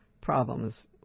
problems